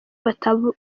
bataba